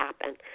happen